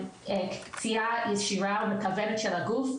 פציעה ישירה מכוונת של הגוף,